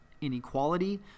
inequality